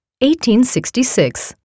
1866